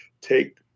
Take